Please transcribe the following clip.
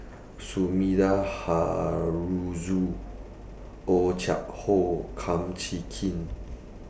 Sumida Haruzo Oh Chai Hoo Kum Chee Kin